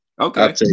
Okay